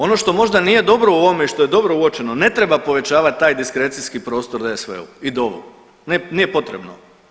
Ono što možda nije dobro u ovome što je dobro uočeno, ne treba povećavati taj diskrecijski prostor DSV-u i DOV-u, nije potrebno.